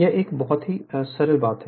यह एक बहुत ही सरल बात है